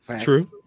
True